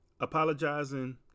apologizing